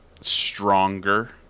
stronger